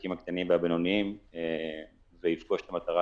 לעסקים הקטנים והבינוניים ויפגוש את המטרה